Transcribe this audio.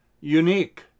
unique